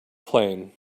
plane